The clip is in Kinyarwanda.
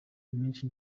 iminsi